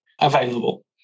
available